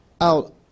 out